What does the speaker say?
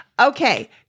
Okay